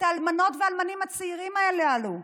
את האלמנות והאלמנים הצעירים הללו.